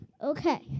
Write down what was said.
Okay